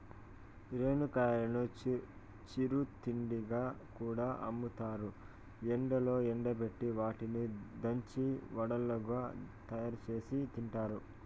రేణిగాయాలను చిరు తిండిగా కూడా అమ్ముతారు, ఎండలో ఎండబెట్టి వాటిని దంచి వడలుగా తయారుచేసి తింటారు